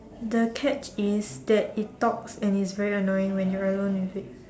the catch is that it talks and is very annoying when you're alone with it